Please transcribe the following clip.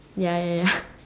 ya ya ya